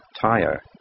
tire